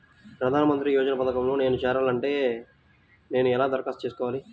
ప్రధాన మంత్రి యోజన పథకంలో నేను చేరాలి అంటే నేను ఎలా దరఖాస్తు చేసుకోవాలి?